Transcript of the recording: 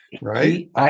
right